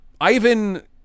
Ivan